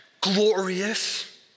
glorious